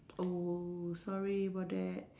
oh sorry about that